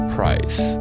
Price